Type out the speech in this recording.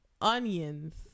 Onions